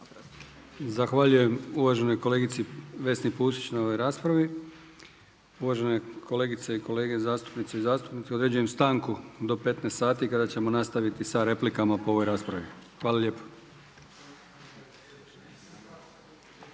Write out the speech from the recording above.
Zahvaljujem uvaženoj kolegici Vesni Pusić na ovoj raspravi. Uvažene kolegice i kolege zastupnice i zastupnici određujem stanku do 15 sati kada ćemo nastaviti sa replikama po ovoj raspravi. Hvala lijepo.